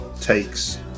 takes